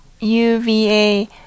UVA